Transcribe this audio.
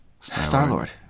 Star-Lord